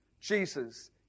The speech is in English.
Jesus